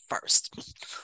first